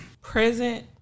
present